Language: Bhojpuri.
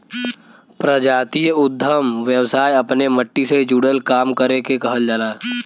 प्रजातीय उद्दम व्यवसाय अपने मट्टी से जुड़ल काम करे के कहल जाला